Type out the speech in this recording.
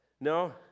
No